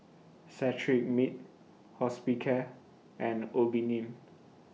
Cetrimide Hospicare and Obimin